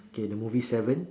K the movie seven